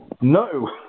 No